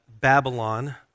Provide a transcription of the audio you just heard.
Babylon